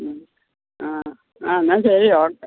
മ്മ് ആ എന്നാൽ എന്ന ശരി ഓക്കേ